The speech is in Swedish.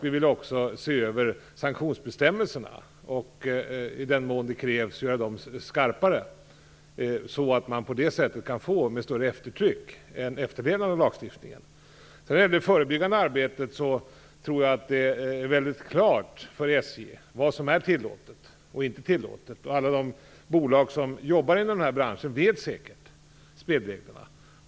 Vi vill också se över sanktionsbestämmelserna och, i den mån det krävs, göra dem skarpare, så att man med större eftertryck kan åstadkomma en efterlevnad av lagstiftningen. Jag tror att man på SJ är på det klara med vad som är tillåtet. Alla de bolag som jobbar inom branschen känner säkert till spelreglerna.